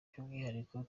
by’umwihariko